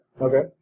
Okay